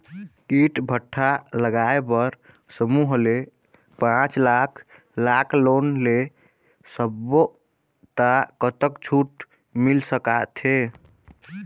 ईंट भट्ठा लगाए बर समूह ले पांच लाख लाख़ लोन ले सब्बो ता कतक छूट मिल सका थे?